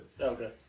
okay